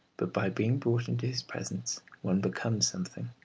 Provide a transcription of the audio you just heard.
but by being brought into his presence one becomes something.